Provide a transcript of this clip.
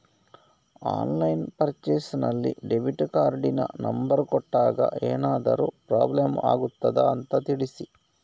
Online purchase ನಲ್ಲಿ debit ಕಾರ್ಡಿನ number ಕೊಟ್ಟಾಗ ಏನಾದರೂ ಪ್ರಾಬ್ಲಮ್ ಆಗುತ್ತದ ಅಂತ ತಿಳಿಸಿ?